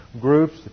groups